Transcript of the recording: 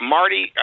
Marty